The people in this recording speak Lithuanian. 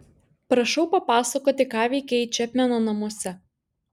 prašau papasakoti ką veikei čepmeno namuose